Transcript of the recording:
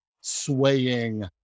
swaying